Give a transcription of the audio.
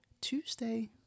Tuesday